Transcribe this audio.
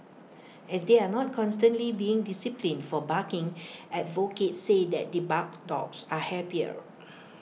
as they are not constantly being disciplined for barking advocates say that debarked dogs are happier